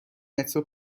مترو